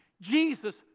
Jesus